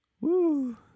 woo